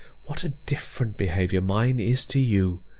what a different behaviour mine is to you.